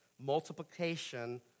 multiplication